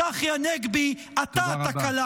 צחי הנגבי, אתה התקלה